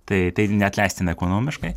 tai tai neatleistina ekonomiškai